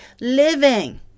living